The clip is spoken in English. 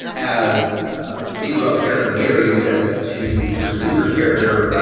as steve girl's character gary says to chris cooper's character,